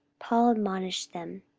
paul admonished them,